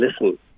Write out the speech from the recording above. listen